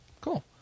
Cool